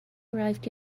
arrived